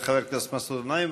תודה, חבר הכנסת מסעוד גנאים.